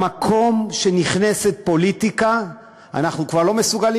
במקום שנכנסת פוליטיקה אנחנו כבר לא מסוגלים